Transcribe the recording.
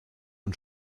und